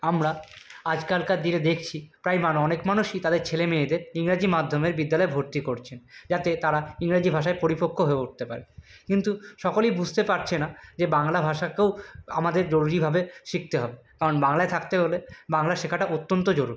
আমরা আজকালকার দিনে দেখছি প্রায় অনেক মানুষই তাদের ছেলেমেয়েদের ইংরাজি মাধ্যমের বিদ্যালয়ে ভর্তি করছেন যাতে তারা ইংরাজি ভাষায় পরিপক্ব হয়ে উঠতে পারে কিন্তু সকলেই বুঝতে পারছে না যে বাংলা ভাষাকেও আমাদের জরুরিভাবে শিখতে হবে কারণ বাংলায় থাকতে হলে বাংলা শেখাটা অত্যন্ত জরুরি